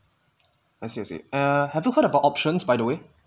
I see I see err have you heard about options by the way